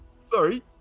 sorry